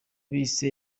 bisi